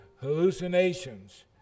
hallucinations